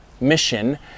mission